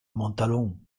montalon